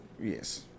Yes